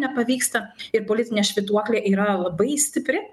nepavyksta ir politinė švytuoklė yra labai stipri